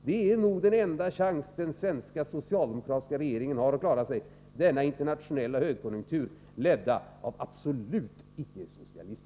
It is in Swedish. Det är nog den enda chans den svenska socialdemokratiska regeringen har att klara sig i denna internationella högkonjunktur, ledd av absoluta icke-socialister.